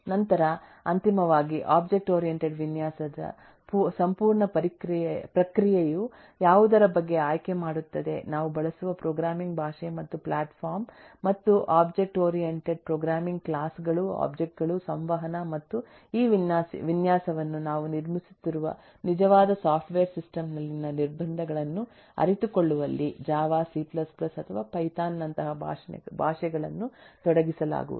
ನಂತರ ಅಂತಿಮವಾಗಿ object oriented ವಿನ್ಯಾಸದ ಸಂಪೂರ್ಣ ಪ್ರಕ್ರಿಯೆಯು ಯಾವುದರ ಬಗ್ಗೆ ಆಯ್ಕೆ ಮಾಡುತ್ತದೆ ನಾವು ಬಳಸುವ ಪ್ರೋಗ್ರಾಮಿಂಗ್ ಭಾಷೆ ಮತ್ತು ಪ್ಲಾಟ್ಫಾರ್ಮ್ ಮತ್ತು ಒಬ್ಜೆಕ್ಟ್ ಓರಿಯೆಂಟೆಡ್ ಪ್ರೋಗ್ರಾಮಿಂಗ್ ಕ್ಲಾಸ್ ಗಳು ಒಬ್ಜೆಕ್ಟ್ ಗಳು ಸಂವಹನ ಮತ್ತು ಈ ವಿನ್ಯಾಸವನ್ನು ನಾವು ನಿರ್ಮಿಸುತ್ತಿರುವ ನಿಜವಾದ ಸಾಫ್ಟ್ವೇರ್ ಸಿಸ್ಟಮ್ ನಲ್ಲಿನ ನಿರ್ಬಂಧಗಳನ್ನು ಅರಿತುಕೊಳ್ಳುವಲ್ಲಿ ಜಾವಾ ಸಿ C ಅಥವಾ ಪೈಥಾನ್ ನಂತಹ ಭಾಷೆಗಳನ್ನು ತೊಡಗಿಸಲಾಗುವುದು